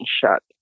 shut